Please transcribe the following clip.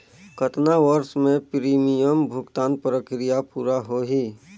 कतना वर्ष मे प्रीमियम भुगतान प्रक्रिया पूरा होही?